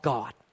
God